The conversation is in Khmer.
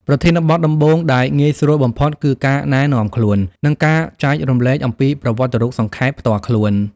ប្រធានបទដំបូងដែលងាយស្រួលបំផុតគឺ ការណែនាំខ្លួន និងការចែករំលែកអំពីប្រវត្តិរូបសង្ខេបផ្ទាល់ខ្លួន។